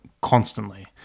constantly